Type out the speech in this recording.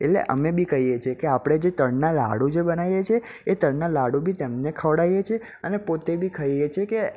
એટલે અમે બી કહીએ છીએ કે આપણે જે તળના લાડુ જે બનાવીએ છીએ એ તળના લાડુ બી તેમને ખવડાવીએ છીએ અને પોતે બી ખાઈએ છીએ કે